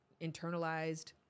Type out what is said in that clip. internalized